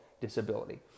disability